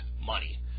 money